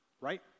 right